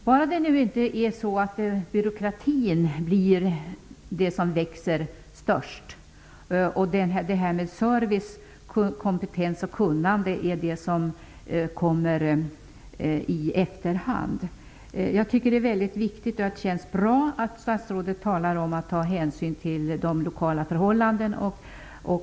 Fru talman! Bara nu inte byråkratin blir det som växer mest och service, kompetens och kunnande kommer i andra hand. Det känns bra att statsrådet talar om att ta hänsyn till de lokala förhållandena.